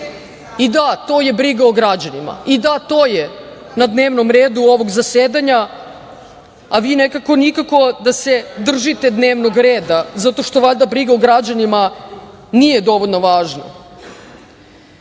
I, da to je briga o građanima.I, da, to je na dnevnom redu ovog zasedanja, a vi nekako nikako da se držite dnevnog reda, zato što valjda briga o građanima nije dovoljno važna. Druga